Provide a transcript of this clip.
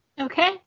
Okay